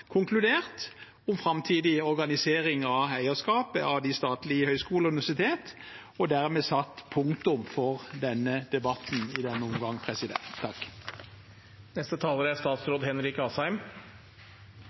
konkludert om framtidig organisering av eierskapet av de statlige høyskolene og universitetene, og dermed satt punktum for denne debatten i denne omgang.